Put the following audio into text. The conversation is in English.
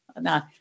Now